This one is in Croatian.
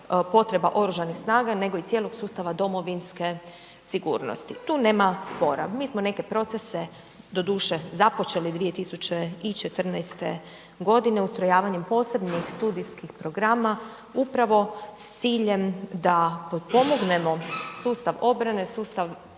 potreba Oružanih snaga nego i cijelog sustava domovinske sigurnosti. Tu nema spora, mi smo neke procese doduše započeli 2014. g. ustrojavanjem posebnih studijskih programa upravo s ciljem da potpomognemo sustav obrane, sustav